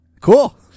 Cool